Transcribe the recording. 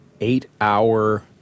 eight-hour